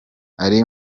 ari